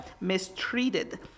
mistreated